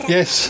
Yes